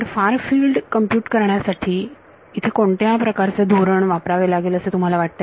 तर far field compute करण्यासाठी येथे कोणत्या प्रकारचे धोरण वापरावे लागेल असे तुम्हाला वाटते